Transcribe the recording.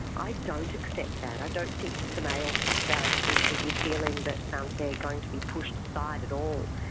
i don't accept that, i don't think the male barristers should be feeling that um they going to be pushed aside at all.